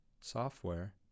software